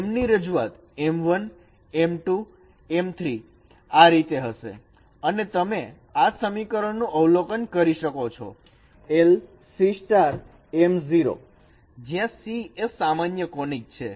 m ની રજૂઆત m1 m2 m3 આ રીતે હશે અને તમે તે આ સમીકરણ નું અવલોકન કરી શકો છો lC m 0 જ્યાં C એ સામાન્ય કોનીક છે